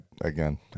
again